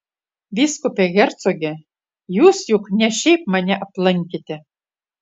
vyskupe hercoge jūs juk ne šiaip mane aplankėte